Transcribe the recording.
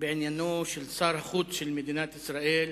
בעניינו של שר החוץ של מדינת ישראל,